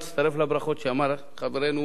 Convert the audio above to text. ולהצטרף לברכות שאמר חברנו